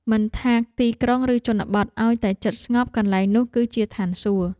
មិនថាទីក្រុង ឬជនបទ ឱ្យតែចិត្តស្ងប់ កន្លែងនោះគឺជាឋានសួគ៌។